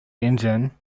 engine